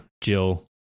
Jill